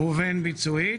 ובין ביצועית.